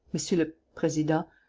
monsieur le president,